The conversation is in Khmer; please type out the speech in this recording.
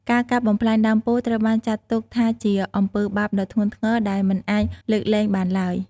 ការកាប់បំផ្លាញដើមពោធិ៍ត្រូវបានចាត់ទុកថាជាអំពើបាបដ៏ធ្ងន់ធ្ងរដែលមិនអាចលើកលែងបានឡើយ។